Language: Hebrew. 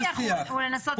השיח הוא לנסות לשכנע אותו.